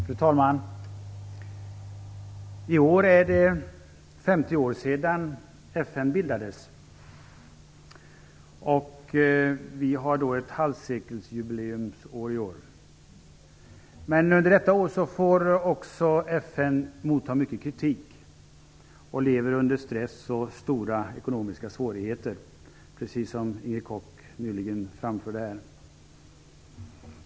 Fru talman! I år är det 50 år sedan FN bildades. Vi har halvsekelsjubileumsår i år. Under detta år får FN också motta mycket kritik, och man lever under stress och stora ekonomiska svårigheter, precis som Inger Koch nyligen framförde här.